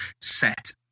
set